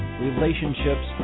relationships